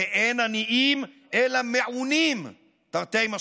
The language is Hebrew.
ואין עניים אלא מעונים, תרתי משמע.